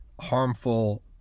harmful